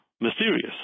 mysterious